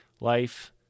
life